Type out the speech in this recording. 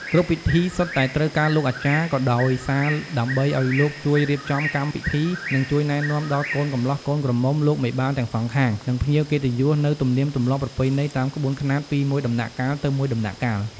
គ្រប់ពិធីសុទ្ធតែត្រូវការលោកអាចារ្យក៏ដោយសារដើម្បីឱ្យលោកជួយរៀបចំកម្មពិធីនិងជួយណែនាំដល់ កូនកម្លោះកូនក្រមុំ លោកមេបាទាំងសងខាង និងភ្ញៀវកិត្តិយលនូវទម្លៀមទម្លាប់ប្រពៃណីតាមក្បួនខ្នាតពីមួយដំណាក់កាលទៅមួយដំណាក់កាល។